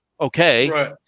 okay